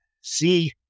see